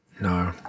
No